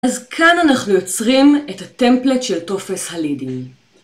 אז כאן אנחנו יוצרים את הטמפלט של טופס הלידים.